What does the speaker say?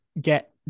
get